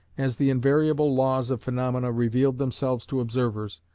as the invariable laws of phaenomena revealed themselves to observers,